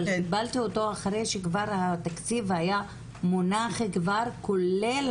אבל קיבלתי אותו אחרי שכבר התקציב היה מונח, כולל